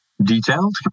Detailed